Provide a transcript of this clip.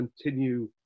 continue